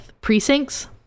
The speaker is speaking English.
precincts